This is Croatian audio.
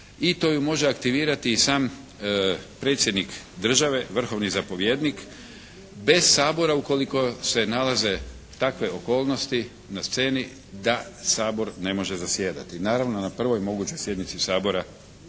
i to ju može aktivirati i sam predsjednik države, vrhovni zapovjednik bez Sabora ukoliko se nalaze takve okolnosti na sceni da Sabor ne može zasjedati. Naravno na prvoj mogućoj sjednici Sabora